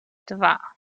dwa